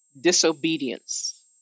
disobedience